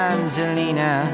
Angelina